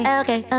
okay